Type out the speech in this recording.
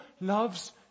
loves